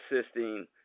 assisting